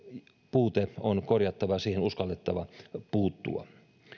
puute on korjattava ja niihin on uskallettava puuttua